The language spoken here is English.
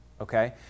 okay